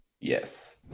yes